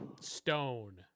stone